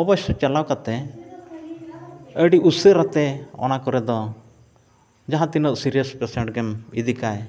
ᱚᱵᱚᱥᱥᱳᱭ ᱪᱟᱞᱟᱣ ᱠᱟᱛᱮᱫ ᱟᱹᱰᱤ ᱩᱥᱟᱹᱨᱟᱛᱮ ᱚᱱᱟ ᱠᱚᱨᱮ ᱫᱚ ᱡᱟᱦᱟᱸ ᱛᱤᱱᱟᱹᱜ ᱥᱤᱨᱤᱭᱟᱥ ᱯᱮᱥᱮᱱᱴ ᱜᱮᱢ ᱤᱫᱤ ᱠᱟᱭ